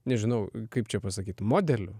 nežinau kaip čia pasakyt modeliu